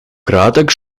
краток